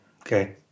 Okay